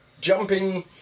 Jumping